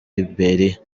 liberia